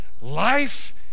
Life